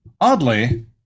Oddly